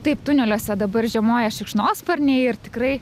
taip tuneliuose dabar žiemoja šikšnosparniai ir tikrai